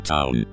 Town